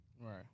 Right